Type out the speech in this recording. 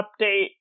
update